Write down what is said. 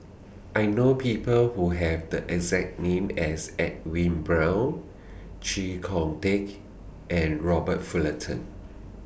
I know People Who Have The exact name as Edwin Brown Chee Kong Tet and Robert Fullerton